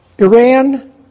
Iran